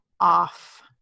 off